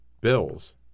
bills